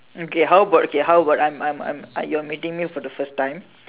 okay how about okay how about I'm I'm I'm you're meeting me for the first time